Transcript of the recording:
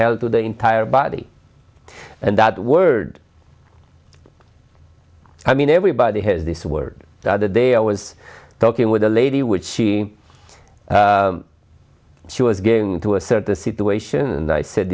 of the entire body and that word i mean everybody has this word the other day i was talking with a lady which she she was getting to a certain situation and i said